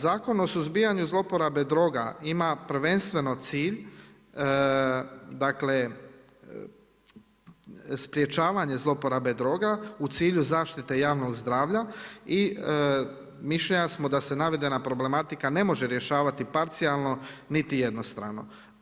Zakon o suzbijanju zlouporabe droga ima prvenstveno cilj dakle sprječavanje zloporabe droga u cilju zaštite javnog zdravlja i mišljenja smo da se navedena problematika ne može rješavati parcijalno niti jednostrano.